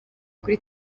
kuri